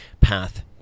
path